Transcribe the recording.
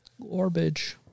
Orbage